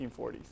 1940s